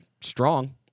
strong